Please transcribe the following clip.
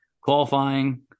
qualifying